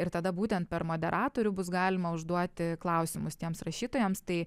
ir tada būtent per moderatorių bus galima užduoti klausimus tiems rašytojams tai